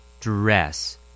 Dress